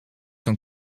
kan